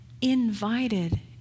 invited